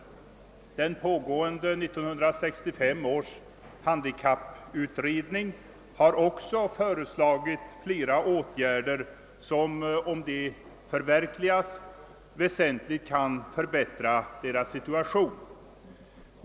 Den pågående handikapputredningen av år 1965 har också föreslagit flera åtgärder som, om de förverkligas, väsentligt kan förbättra deras situation.